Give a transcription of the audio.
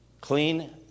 clean